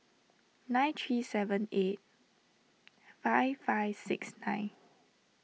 nine three seven eight five five six nine